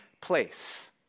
place